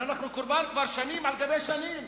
אבל אנחנו קורבן כבר שנים על גבי שנים.